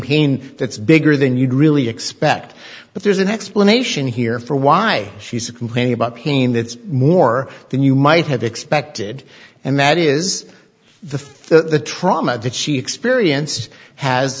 pain that's bigger than you'd really expect but there's an explanation here for why she's complaining about pain that's more than you might have expected and that is the the trauma that she experienced has